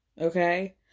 okay